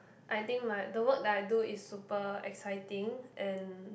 I think my the work that I do is super exciting and